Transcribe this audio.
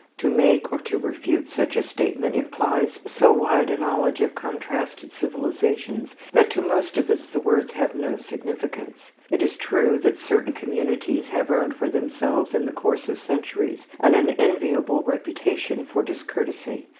to make or to refute such a statement implies so wide a knowledge of contrasted civilizations that to most of us the words have no significance. it is true that certain communities have earned for themselves in the course of centuries an unenviable reputation for discourtesy.